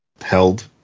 held